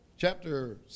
Chapter